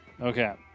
Okay